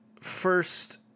first